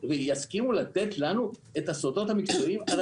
ויסכימו לתת לנו את הסודות המקצועיים שלהם?